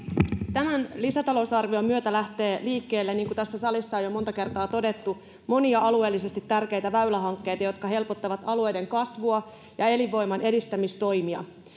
tämän lisätalousarvion myötä lähtee liikkeelle niin kuin tässä salissa on jo monta kertaa todettu monia alueellisesti tärkeitä väylähankkeita jotka helpottavat alueiden kasvua ja elinvoiman edistämistoimia